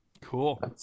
cool